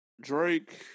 Drake